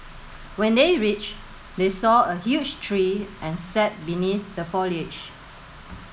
when they reached they saw a huge tree and sat beneath the foliage